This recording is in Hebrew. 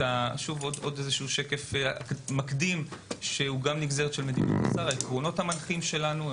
ישנו שקף מקדים שהוא נגזרת של מדיניות המשרד על העקרונות המנחים שלנו,